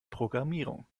programmierung